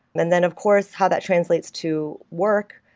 then then of course, how that translates to work.